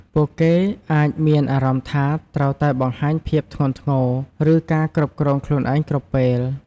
ពួកគេអាចមានអារម្មណ៍ថាត្រូវតែបង្ហាញភាពធ្ងន់ធ្ងរ ឬការគ្រប់គ្រងខ្លួនឯងគ្រប់ពេល។